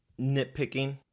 nitpicking